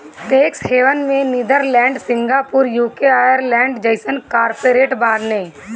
tax haven में Netherland, Singapore, UK, Ireland जइसन corporate बाने